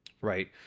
right